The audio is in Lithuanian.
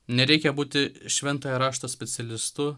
nereikia būti šventojo rašto specialistu